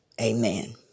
amen